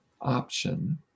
option